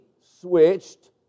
switched